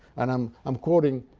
and um i'm quoting